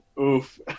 oof